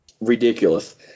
ridiculous